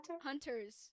Hunters